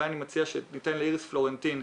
אני מציע שאיריס פלורנטין,